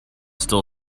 still